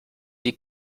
die